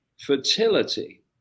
fertility